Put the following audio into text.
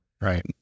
right